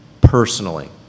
personally